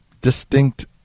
distinct